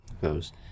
goes